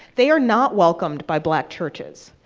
they are not welcomed by black churches.